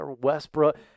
Westbrook